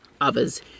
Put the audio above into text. others